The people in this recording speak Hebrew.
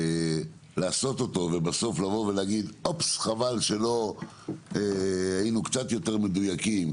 לעשות אותו ובסוף לבוא ולהגיד אופס חבל שלא היינו קצת יותר מדויקים,